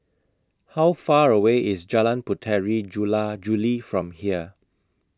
How Far away IS Jalan Puteri Jula Juli from here